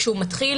כשהוא מתחיל,